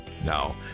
Now